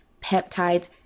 peptides